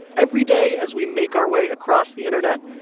every day as we make our way across the internet,